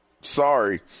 Sorry